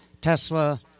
Tesla